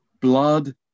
blood